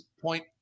point